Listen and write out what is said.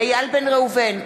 איל בן ראובן,